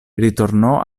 ritornò